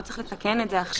לא צריך לתקן את זה עכשיו.